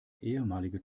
ehemalige